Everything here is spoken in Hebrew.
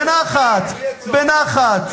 בנחת, בנחת.